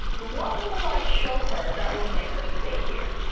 what will i show her that will make her stay here?